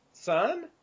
Son